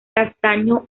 castaño